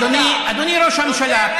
אדוני ראש הממשלה,